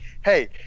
hey